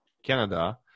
canada